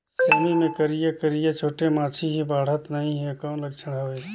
सेमी मे करिया करिया छोटे माछी हे बाढ़त नहीं हे कौन लक्षण हवय?